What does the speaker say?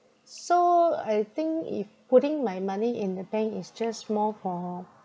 so I think if putting my money in the bank is just more for